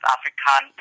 African